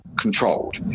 controlled